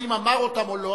האם אמר אותם או לא,